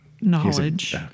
knowledge